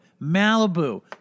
Malibu